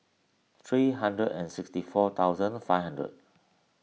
three hundred and sixty four thousand five hundred